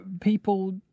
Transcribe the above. people